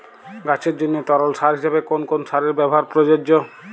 গাছের জন্য তরল সার হিসেবে কোন কোন সারের ব্যাবহার প্রযোজ্য?